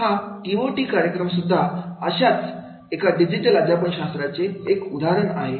हा टीओटी कार्यक्रम सुद्धा अशा डिजिटल अध्यापन शास्त्राचे एक उदाहरण आहे